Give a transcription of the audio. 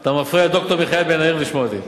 אתה מפריע לד"ר מיכאל בן-ארי לשמוע לי.